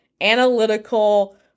analytical